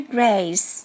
Grace